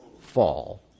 fall